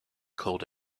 called